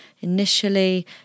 initially